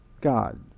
God